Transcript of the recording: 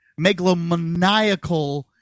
megalomaniacal